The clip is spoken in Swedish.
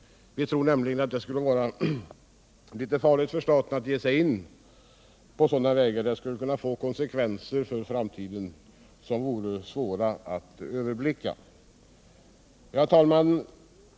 Vi tror nämligen att det skulle vara farligt för staten att ge sig in på sådana vägar. Det skulle kunna få konsekvenser för framtiden som vore svåra att överblicka. Herr talman!